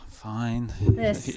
fine